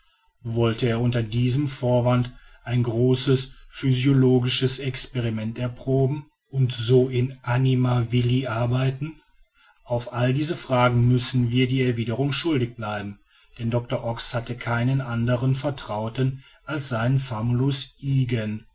wollte er unter diesem vorwande ein großes physiologisches experiment erproben und so in anima vili arbeiten auf all diese fragen müssen wir die erwiderung schuldig bleiben denn doctor ox hatte keinen anderen vertrauten als seinen famulus ygen